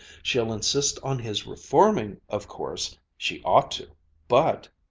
she'll insist on his reforming, of course she ought to but